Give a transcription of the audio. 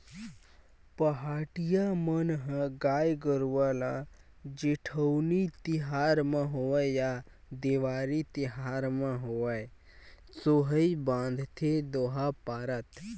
पहाटिया मन ह गाय गरुवा ल जेठउनी तिहार म होवय या देवारी तिहार म होवय सोहई बांधथे दोहा पारत